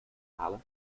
halen